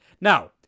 Now